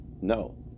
No